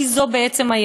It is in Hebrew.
כי זאת היהדות.